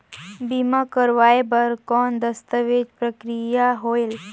बीमा करवाय बार कौन दस्तावेज प्रक्रिया होएल?